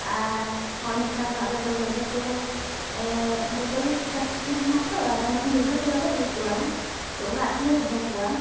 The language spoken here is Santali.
ᱟᱨ ᱦᱚᱜᱼᱚᱭ ᱱᱮᱛᱟᱨᱫᱚ ᱟᱞᱮᱫᱚ ᱵᱟᱹᱭᱦᱟᱹᱲ ᱠᱚᱨᱮ ᱡᱚᱛᱚᱜᱮ ᱪᱟᱥ ᱯᱷᱚᱥᱚᱞ ᱦᱮᱱᱟᱜᱼᱟ ᱛᱚ ᱟᱫᱚ ᱚᱱᱟᱛᱮ ᱵᱟᱞᱮ ᱤᱫᱤ ᱠᱚᱣᱟ ᱚᱲᱟᱜ ᱨᱮᱜᱮ ᱞᱮ ᱫᱚᱦᱚ ᱠᱚᱣᱟ